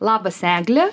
labas egle